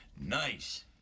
Nice